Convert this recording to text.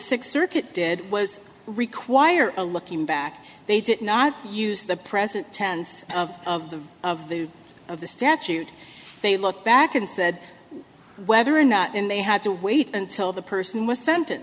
sixth circuit did was require a looking back they did not use the present tense of of the of the of the statute they looked back and said whether or not and they had to wait until the person was sentence